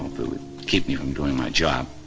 if it would keep me from doing my job.